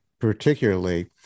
particularly